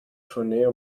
tournee